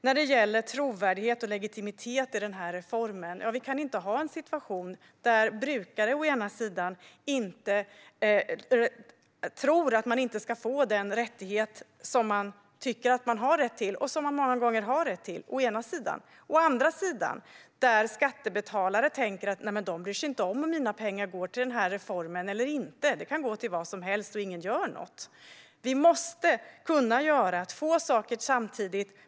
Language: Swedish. När det gäller trovärdighet och legitimitet i reformen kan vi inte ha en situation där brukare å ena sidan tror att man inte ska få det man tycker att man har rätt till, och många gånger har rätt till. Och å andra sidan tänker skattebetalare att ingen bryr sig ifall pengarna går till reformen eller inte. Det kan gå till vad som helst, och ingen gör något. Vi måste kunna göra två saker samtidigt.